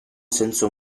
senso